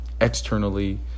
externally